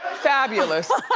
fabulous.